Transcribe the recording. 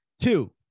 Two